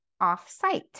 off-site